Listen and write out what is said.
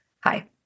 Hi